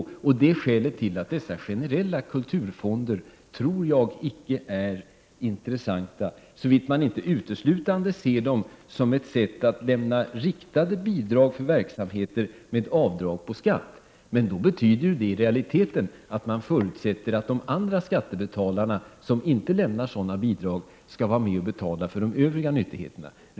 Det är skälet till att jag inte tror att dessa generella kulturfonder är intressanta såvitt man inte uteslutande ser dem som ett sätt att lämna riktade bidrag för verksamheter med avdrag på skatt. Men det betyder i realiteten att man förutsätter att andra skattebetalare, som inte lämnar sådana bidrag, skall vara med och betala för de övriga nyttigheterna.